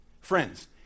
Friends